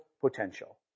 potential